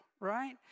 right